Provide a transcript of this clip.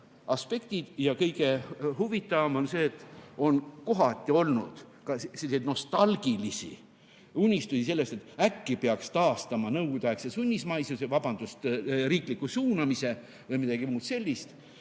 aspektid. Ja kõige huvitavam on see, et on kohati olnud ka selliseid nostalgilisi unistusi sellest, et äkki peaks taastama nõukogudeaegse sunnismaisuse, vabandust, riikliku suunamise või midagi muud sellist.